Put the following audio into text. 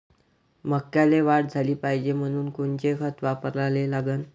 मक्याले वाढ झाली पाहिजे म्हनून कोनचे खतं वापराले लागन?